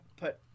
put